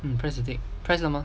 press 了吗